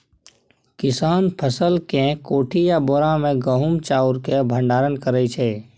किसान फसल केँ कोठी या बोरा मे गहुम चाउर केँ भंडारण करै छै